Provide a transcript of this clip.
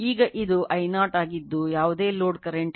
ಈಗ ಇದು I0 ಆಗಿದ್ದು ಯಾವುದೇ ಲೋಡ್ ಕರೆಂಟ್ ಇಲ್ಲ ಮತ್ತು ಇದು I2 ಮತ್ತು ಇದು I1